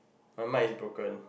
my mic is broken